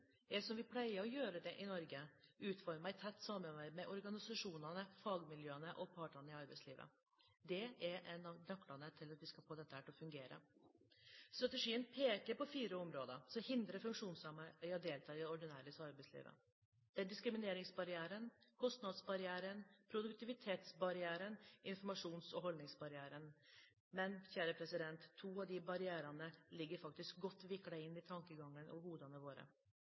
pleier å gjøre det i Norge, utformet i tett samarbeid med organisasjonene, fagmiljøene og partene i arbeidslivet. Det er en av nøklene til å få dette til å fungere. Strategien peker på fire områder som hindrer funksjonshemmede i å delta i det ordinære arbeidslivet. Det er diskrimineringsbarriereren, kostnadsbarrieren, produktivitetsbarriereren og informasjons- og holdningsbarrieren. To av de barrierene ligger godt viklet inn i tankegangen og hodene våre.